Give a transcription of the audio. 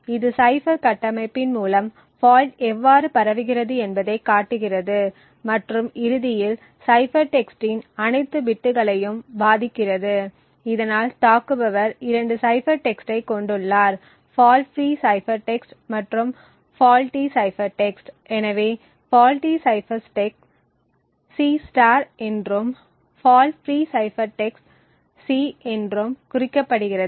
இது சைபர் கட்டமைப்பின் மூலம் ஃபால்ட் எவ்வாறு பரவுகிறது என்பதைக் காட்டுகிறது மற்றும் இறுதியில் சைபர் டெக்ஸ்ட்டின் அனைத்து பிட்டுகளையும் பாதிக்கிறது இதனால் தாக்குபவர் 2 சைபர் டெக்ஸ்ட்டை கொண்டுள்ளார் ஃபால்ட் ஃபிரீ சைபர் டெக்ஸ்ட் மற்றும் ஃபால்ட்டி சைபர் டெக்ஸ்ட் எனவே ஃபால்ட்டி சைஃபர் டெக்ஸ்ட் C என்றும் fault free cipher text C என்றும் குறிக்கப்படுகிறது